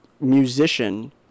musician